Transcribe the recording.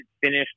finished